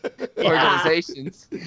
Organizations